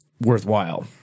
worthwhile